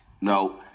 no